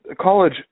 college